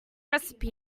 recipe